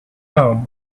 home